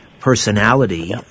personality